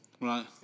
Right